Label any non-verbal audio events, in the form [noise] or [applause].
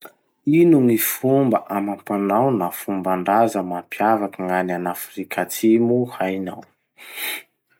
Ino gny fomba amam-panao na fomban-draza mampiavaky gn'any an'Afrika Atsimo hainao? [noise]